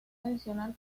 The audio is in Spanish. adicional